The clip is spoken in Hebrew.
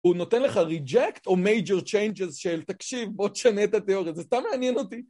הוא נותן לך ריג'קט או מייג'ר צ'יינג'ז של תקשיב בוא תשנה את התיאוריה, זה סתם מעניין אותי.